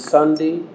Sunday